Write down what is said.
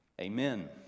Amen